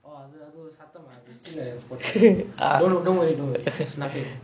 oh அது அது ஒரு சத்தமா அது கீழ போட்:athu athu oru sathamaa athu keela pot don't worry don't worry it's nothing